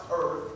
earth